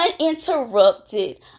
uninterrupted